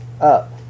up